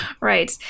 Right